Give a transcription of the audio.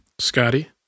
Scotty